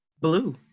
Blue